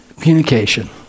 communication